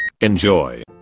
Enjoy